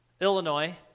Illinois